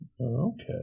Okay